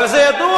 אבל זה ידוע.